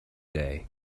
day